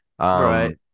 right